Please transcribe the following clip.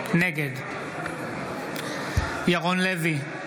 נגד ירון לוי,